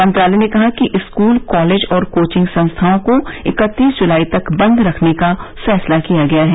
मंत्रालय ने कहा कि स्कूल कॉलेज और कोचिंग संस्थाओं को इकत्तिस जुलाई तक बंद रखने का फैसला किया गया है